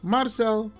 Marcel